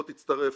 לא תצטרף,